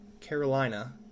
Carolina